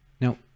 Now